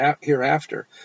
hereafter